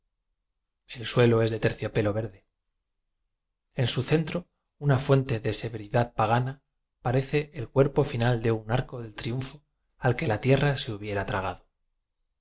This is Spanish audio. el suelo es de terciopelo verde en su centro una fuente de severidad paga na parece el cuerpo final de un arco de triunfo al que la tierra se hubiera tragado la